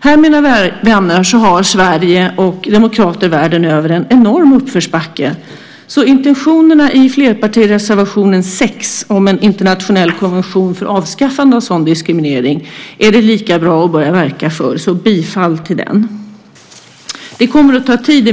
Här, mina vänner, har Sverige och demokrater världen över en enorm uppförsbacke. Därför är det lika bra att börja verka för intentionerna i flerpartireservationen 6 om en internationell konvention om avskaffande av sådan diskriminering. Jag yrkar därför bifall till den. Min bedömning är att det kommer att ta tid.